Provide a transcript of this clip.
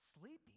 Sleeping